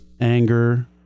anger